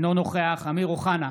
אינו נוכח אמיר אוחנה,